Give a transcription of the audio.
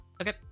Okay